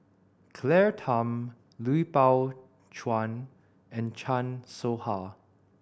Claire Tham Lui Pao Chuen and Chan Soh Ha